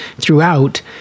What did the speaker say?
throughout